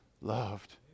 loved